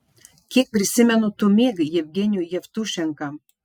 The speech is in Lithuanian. kiek prisimenu tu mėgai jevgenijų jevtušenką